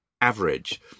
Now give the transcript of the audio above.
average